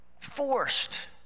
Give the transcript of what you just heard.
forced